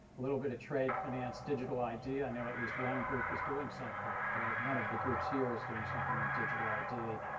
a little bit of trade finance, digital id. i know at least one group is doing some ah one of the groups here is doing something on digital id.